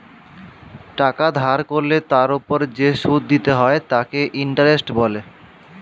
টাকা ধার করলে তার ওপর যে সুদ দিতে হয় তাকে ইন্টারেস্ট বলে